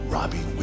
Robbie